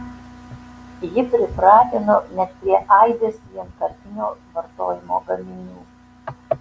ji pripratino net prie aibės vienkartinio vartojimo gaminių